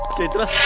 chaitra.